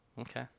Okay